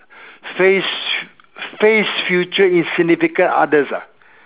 face face future in significant others ah